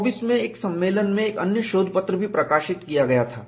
1924 में एक सम्मेलन में एक अन्य शोधपत्र भी प्रकाशित किया गया था